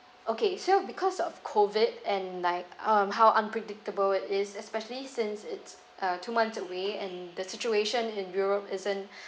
okay so because of COVID and like um how unpredictable it is especially since it's uh two months away and the situation in europe isn't